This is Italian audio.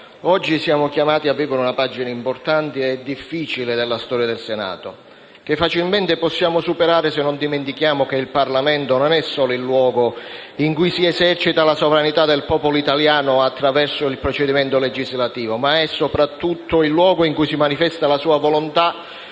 oggi siamo chiamati a vivere una pagina importante e difficile della storia del Senato che facilmente possiamo superare se non dimentichiamo che il Parlamento non è solo il luogo in cui si esercita la sovranità del popolo italiano attraverso il procedimento legislativo, ma è soprattutto il luogo in cui si manifesta la sua volontà